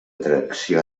tracció